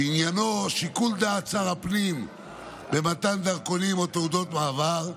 שעניינו שיקול דעת שר הפנים למתן דרכונים או תעודות מעבר,